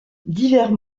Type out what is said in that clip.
divers